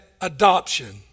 adoption